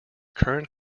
current